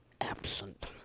absent